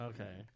Okay